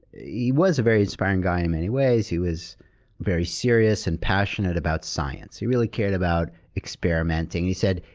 he was a very inspiring guy in many ways. he was very serious, and passionate about science. he really cared about experimenting. he said,